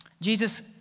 Jesus